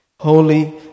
holy